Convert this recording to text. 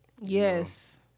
Yes